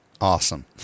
Awesome